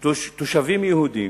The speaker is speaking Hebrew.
תושבים יהודים